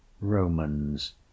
Romans